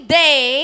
day